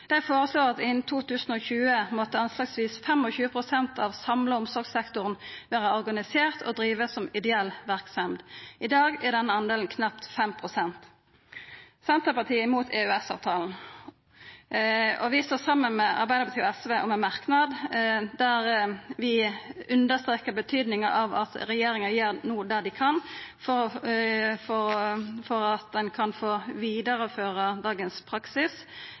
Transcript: Dei foreslår at innan 2020 må anslagsvis 25 pst. av den samla omsorgssektoren vera organisert og drivast som ideell verksemd. I dag er denne delen knapt 5 pst. Senterpartiet er mot EØS-avtalen, og vi står saman med Arbeidarpartiet og SV om ein merknad der vi understrekar betydninga av at regjeringa no gjer det den kan for at ein kan få vidareført dagens praksis,